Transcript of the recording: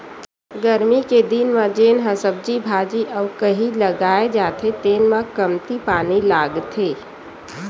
गरमी के दिन म जेन ह सब्जी भाजी अउ कहि लगाए जाथे तेन म कमती पानी लागथे